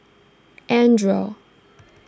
andre